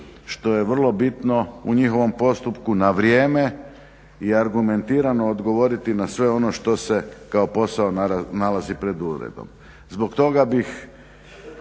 što je vrlo bitno u njihovom postupku, na vrijeme i argumentirano odgovoriti na sve ono što se kao posao nalazi pred uredom. Zbog toga bih